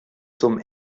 zum